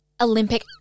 Olympic